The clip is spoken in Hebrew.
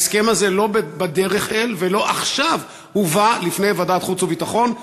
ההסכם הזה לא בדרך אל ולא עכשיו הובא לפני ועדת חוץ וביטחון.